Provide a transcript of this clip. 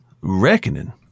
Reckoning